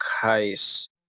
KAIS